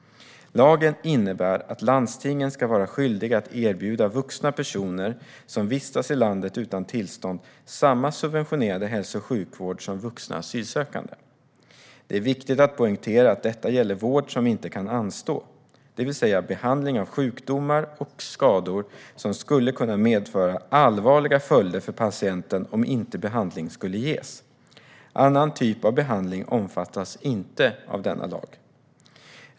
Lagen innebär att landstingen ska vara skyldiga att erbjuda vuxna personer som vistas i landet utan tillstånd samma subventionerade hälso och sjukvård som vuxna asylsökande. Det är viktigt att poängtera att detta gäller vård som inte kan anstå, det vill säga behandling av sjukdomar och skador som skulle kunna medföra allvarliga följder för patienten om inte behandling skulle ges. Annan typ av behandling omfattas inte av denna lag.